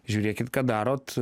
žiūrėkit ką darot